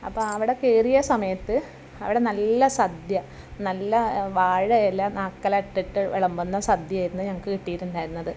അപ്പോൾ ആ അവിടെ കയറിയ സമയത്ത് അവിടെ നല്ല സദ്യ നല്ല വാഴയില നാക്കിലയിട്ടിട്ട് വിളമ്പുന്ന സദ്യയായിരുന്നു ഞങ്ങൾക്ക് കിട്ടിയിട്ടുണ്ടായിരുന്നത്